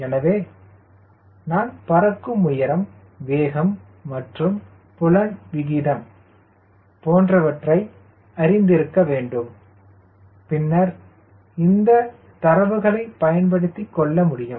எனவே நான் பறக்கும் உயரம் வேகம் மற்றும் புலன் விகிதம் போன்றவற்றை அறிந்திருக்க வேண்டும் பின்னர் இந்த தரவுகளை பயன்படுத்திக்கொள்ள முடியும்